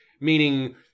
Meaning